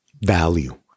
value